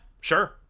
sure